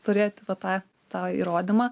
turėti va tą tą įrodymą